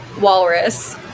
walrus